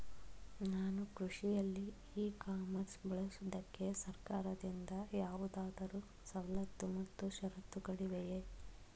ನಾನು ಕೃಷಿಯಲ್ಲಿ e commerce ಬಳಸುವುದಕ್ಕೆ ಸರ್ಕಾರದಿಂದ ಯಾವುದಾದರು ಸವಲತ್ತು ಮತ್ತು ಷರತ್ತುಗಳಿವೆಯೇ?